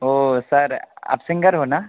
वो सर आप सिंगर हो ना